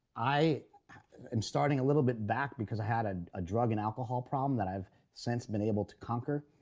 i am starting a little bit back, because i had ah a drug and alcohol problem that i've since been able to conquer.